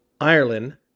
Ireland